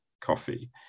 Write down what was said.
coffee